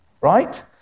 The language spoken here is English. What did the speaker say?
right